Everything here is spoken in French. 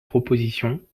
proposition